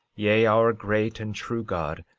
yea, our great and true god,